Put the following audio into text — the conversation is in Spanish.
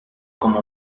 como